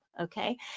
okay